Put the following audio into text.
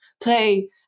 play